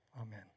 Amen